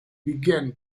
began